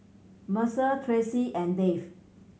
Mercer Tracee and Dave